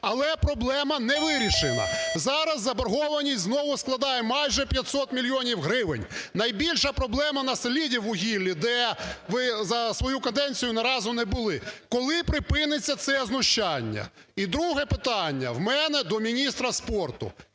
але проблема не вирішена. Зараз заборгованість знову складає майже 500 мільйонів гривень. Найбільша проблема на "Селидіввугіллі", де ви за свою каденцію ні разу не були. Коли припиниться це знущання? І друге питання в мене до міністра спорту.